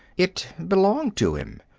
it belonged to him.